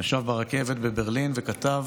הוא ישב ברכבת בברלין וכתב: